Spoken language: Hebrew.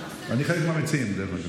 אני אחד מהמציעים, דרך אגב.